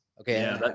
Okay